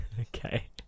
Okay